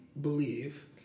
believe